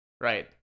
right